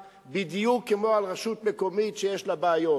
בדיוק כמו על רשות מקומית שיש לה בעיות.